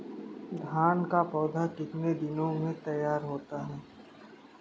धान का पौधा कितने दिनों में तैयार होता है?